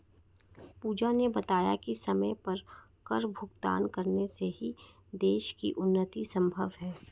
पूजा ने बताया कि समय पर कर भुगतान करने से ही देश की उन्नति संभव है